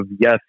yes